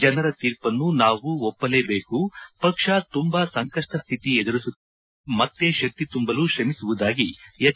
ಜನರ ತೀರ್ಮನ್ನು ನಾವು ಒಪ್ಪಲೇಬೇಕು ಪಕ್ಷ ತುಂಬಾ ಸಂಕಷ್ಟ ಶ್ಯಿತಿ ಎದುರಿಸುತ್ತಿದ್ದು ಪಕ್ಷಕ್ಕೆ ಮತ್ತೆ ಶಕ್ತಿ ತುಂಬಲು ಶ್ರಮಿಸುವುದಾಗಿ ಎಚ್